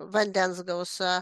vandens gausa